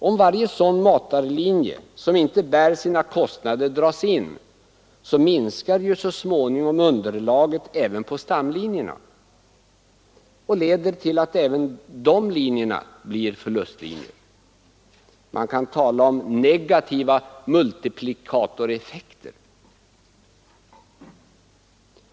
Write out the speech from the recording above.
Om varje sådan matarlinje som inte bär sina kostnader dras in, minskar så småningom underlaget även på stamlinjerna och leder till att även de linjerna blir förlustbringande. Man kan tala om negativa multiplikatoreffekter.